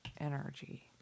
Energy